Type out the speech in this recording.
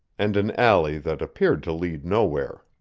and an alley that appeared to lead nowhere.